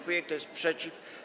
Kto jest przeciw?